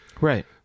right